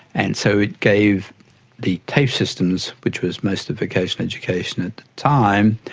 and so it gave the tafe systems, which was most of vocational education at the time,